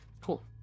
Cool